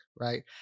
right